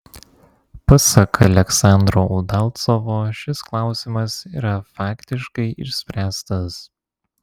pasak aleksandro udalcovo šis klausimas yra faktiškai išspręstas